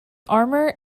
armour